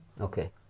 Okay